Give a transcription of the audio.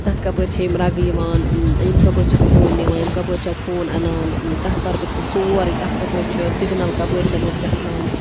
تَتھ کَپٲرۍ چھےٚ یِم رَگہٕ یِوان یِم کَپٲرۍ چھےٚ خوٗن نِوان یِم کَپٲرۍ چھا خوٗن اَنان تَتھ پَرٕ بہٕ تِم سورُے تَتھ کَپٲرۍ چھِ سِگنَل کَپٲرۍ چھ تَتھ گژھان